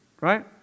right